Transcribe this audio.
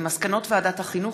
על מסקנות ועדת החינוך,